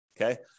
okay